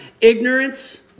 ignorance